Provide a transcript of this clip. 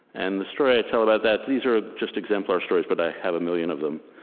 and the story i tell about that these are just exemplar stories, but i have a million of them.